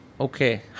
Okay